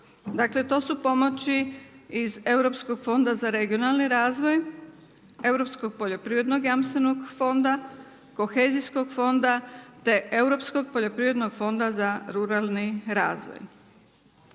Dakle, to su pomoći iz Europskog fonda za regionalni razvoj, Europskog poljoprivrednog jamstvenog fonda, kohezijskog fonda, te Europskog poljoprivrednog fonda za ruralni razvoj.